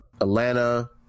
Atlanta